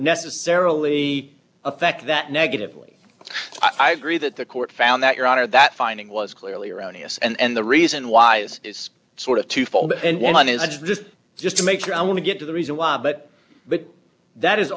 necessarily affect that negatively i agree that the court found that your honor that finding was clearly erroneous and the reason why this is sort of twofold and one is this just to make sure i want to get to the reason why but but that is